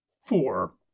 Four